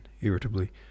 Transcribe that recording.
irritably